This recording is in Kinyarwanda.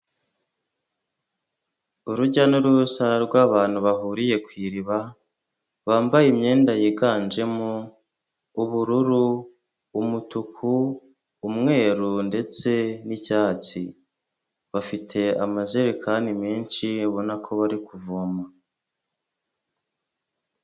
Urujya n'uruza rw'abantu bahuriye ku iriba, bambaye imyenda yiganjemo ubururu, umutuku, umweru, ndetse n'icyatsi. Bafite amajerekani menshi, ubona ko bari kuvoma.